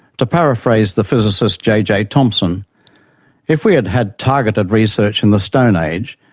to paraphrase the physicist j. j. thompson if we had had targeted research in the stone age,